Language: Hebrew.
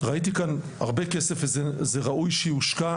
ראיתי כאן הרבה כסף וזה ראוי שיושקע,